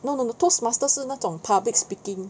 no no no Toastmasters 是那种 public speaking